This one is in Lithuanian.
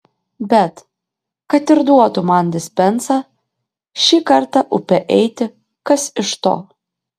bet kad ir duotų man dispensą šį kartą upe eiti kas iš to